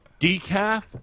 Decaf